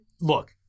look